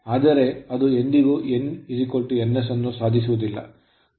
ಆದರೆ ಅದು ಎಂದಿಗೂ n ns ಅನ್ನು ಸಾಧಿಸುವುದಿಲ್ಲ ನಂತರ ಟಾರ್ಕ್ 0 ಆಗಿರುತ್ತದೆ